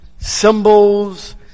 symbols